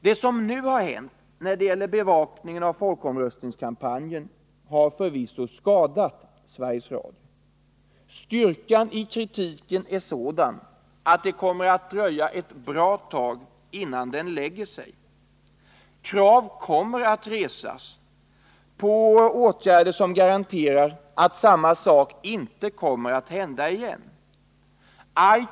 Det som nu har hänt när det gäller bevakningen av folkomröstningskampanjen har förvisso skadat Sveriges Radio. Styrkan i kritiken är sådan att det kommer att dröja ett bra tag innan kritiken lägger sig. Krav kommer att resas på åtgärder som garanterar att samma sak inte händer igen.